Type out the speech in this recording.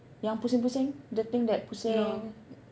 yang pusing pusing the thing that pusing